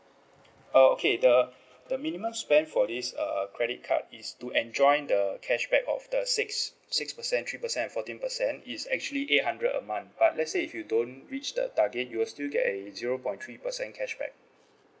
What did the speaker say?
uh okay the the minimum spend for this err credit card is to enjoy the cashback of the six six percent three percent and fourteen percent is actually eight hundred a month but let's say if you don't reach the target you will still get a zero point three percent cashback